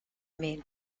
mean